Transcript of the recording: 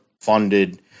funded